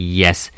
yes